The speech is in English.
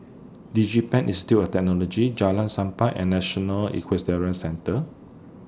Digipen Institute of Technology Jalan Sappan and National Equestrian Centre